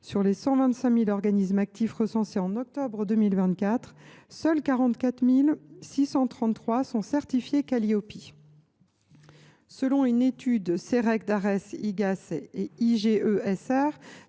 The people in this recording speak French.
sur les 125 000 organismes actifs recensés en octobre 2024, seuls 44 633 sont certifiés Qualiopi. Selon une étude du Centre d’études et